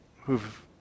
who've